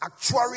actuarial